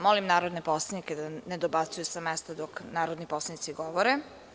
Molim narodne poslanike da ne dobacuju sa mesta dok narodni poslanici govore.